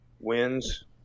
wins